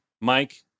Mike